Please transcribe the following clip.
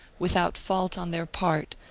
without fault on their part,